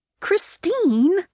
christine